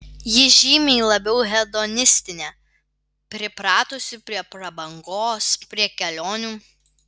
ji žymiai labiau hedonistinė pripratusi prie prabangos prie kelionių